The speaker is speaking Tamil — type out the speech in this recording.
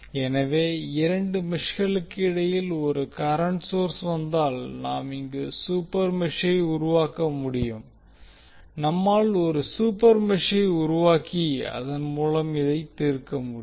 எனவே இரண்டு மெஷ்களுக்கு இடையில் ஒரு கரண்ட் சோர்ஸ் வந்தால் நம்மால் இங்கு சூப்பர் மெஷ்ஷை உருவாக்க முடியும் நம்மால் ஒரு சூப்பர் மெஷ்ஷை உருவாக்கி அதன் மூலம் இதை தீர்க்க முடியும்